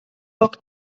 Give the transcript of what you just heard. poc